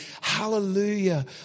hallelujah